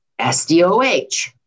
SDOH